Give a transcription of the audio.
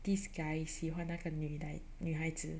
this guy 喜欢那个女的女孩子